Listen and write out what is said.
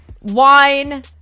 wine